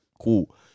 cool